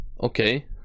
Okay